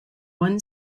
one